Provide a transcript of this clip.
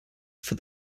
for